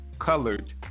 Colored